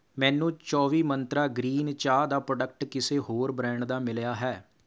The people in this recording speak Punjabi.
ਮੈਨੂੰ ਚੌਵੀ ਮੰਤਰਾ ਗ੍ਰੀਨ ਚਾਹ ਦਾ ਪ੍ਰੋਡਕਟ ਕਿਸੇ ਹੋਰ ਬ੍ਰਾਂਡ ਦਾ ਮਿਲਿਆ ਹੈ